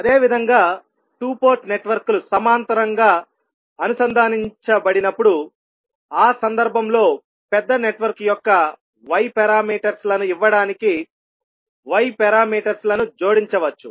అదేవిధంగా 2 పోర్ట్ నెట్వర్క్లు సమాంతరంగా అనుసంధానించ బడినప్పుడు ఆ సందర్భంలో పెద్ద నెట్వర్క్ యొక్క y పారామీటర్స్ లను ఇవ్వడానికి y పారామీటర్స్ లను జోడించవచ్చు